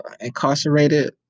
incarcerated